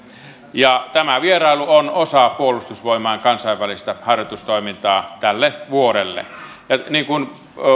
tämä vierailu on osa puolustusvoimain kansainvälistä harjoitustoimintaa tälle vuodelle niin kuin